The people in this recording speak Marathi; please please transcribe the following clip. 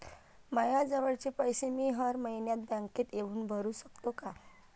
मायाजवळचे पैसे मी हर मइन्यात बँकेत येऊन भरू सकतो का?